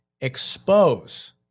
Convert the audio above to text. expose